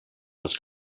was